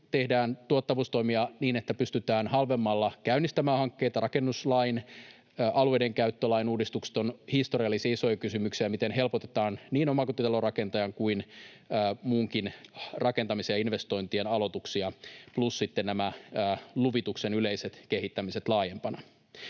tehdään tuottavuustoimia, niin että pystytään halvemmalla käynnistämään hankkeita. Rakennuslain, alueidenkäyttölain, uudistukset ovat historiallisen isoja kysymyksiä: miten helpotetaan niin omakotitalorakentajan kuin muunkin rakentamisen ja investointien aloituksia, plus sitten nämä luvituksen yleiset kehittämiset laajempana.